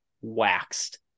waxed